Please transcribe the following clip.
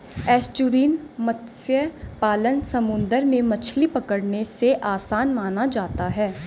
estuarine मत्स्य पालन समुंदर में मछली पकड़ने से आसान माना जाता है